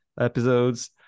episodes